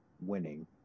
winning